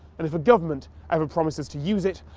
and if a government ever promises to use it,